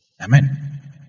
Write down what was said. Amen